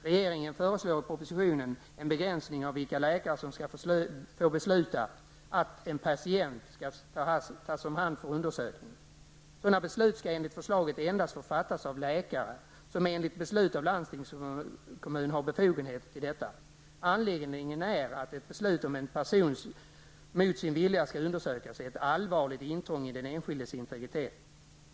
Regeringen föreslår i propositionen en begränsning av vilka läkare som skall få fatta beslut om att en patient skall tas om hand för undersökning. Sådana beslut skall enligt förslaget endast få fattas av läkare som enligt beslut av landstingskommun har befogenhet därtill. Anledningen är att ett beslut om undersökning av en person mot dennes vilja är ett allvarligt intrång i den enskildes integritet.